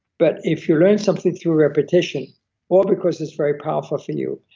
but if you learned something through repetition or because it's very powerful for you,